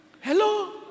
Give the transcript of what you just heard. hello